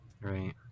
Right